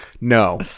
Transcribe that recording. No